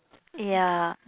ya